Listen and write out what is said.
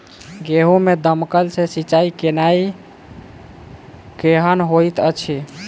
गेंहूँ मे दमकल सँ सिंचाई केनाइ केहन होइत अछि?